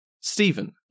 Stephen